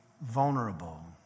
vulnerable